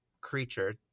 creature